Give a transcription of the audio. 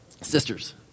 sisters